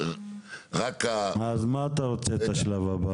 אז מה אתה רוצה את השלב הבא?